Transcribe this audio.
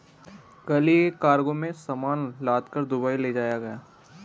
कल ही एक कार्गो में सामान लादकर दुबई ले जाया गया